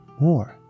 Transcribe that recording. more